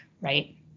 right